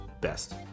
best